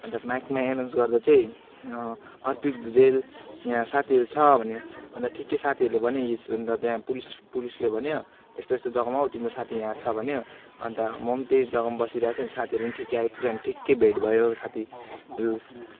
अन्त माइकमा एनाउन्स गर्दा छे अर्पित भुजेल यहाँ साथीहरू छ भन्यो अन्त ठिक्कै साथीहरूले भन्यो यस अन्त त्यहाँ पुलिस पुलिसले भन्यो यस्तो यस्तो जग्गामा आऊ तिम्रो साथी यहाँ छ भन्यो अन्त म पनि त्यही जग्गामा बसिरहेको थिएँ अनि साथीहरू पनि ठिक्कै आइपुग्यो अनि ठिक्कै भेट भयो साथीहरू